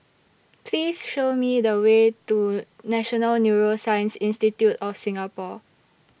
Please Show Me The Way to National Neuroscience Institute of Singapore